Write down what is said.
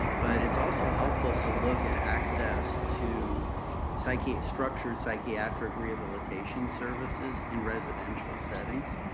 but it is also helpful to look at access to so like yeah structure and psychiatric rehabilitation services in residential settings.